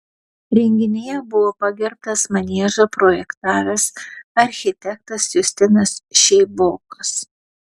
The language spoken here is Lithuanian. renginyje buvo pagerbtas maniežą projektavęs architektas justinas šeibokas